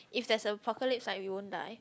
if there's a apocalypse ah we won't die